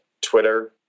Twitter